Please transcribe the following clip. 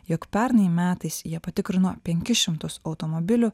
jog pernai metais jie patikrino penkis šimtus automobilių